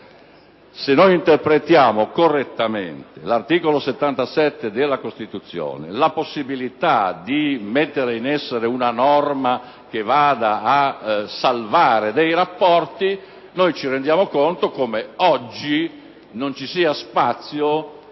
Se interpretiamo correttamente l'articolo 77 della Costituzione e la possibilità di mettere in essere una norma che vada a salvare dei rapporti, ci rendiamo conto di come oggi non vi sia spazio